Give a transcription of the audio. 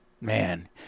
man